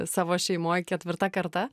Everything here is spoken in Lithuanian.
savo šeimoj ketvirta karta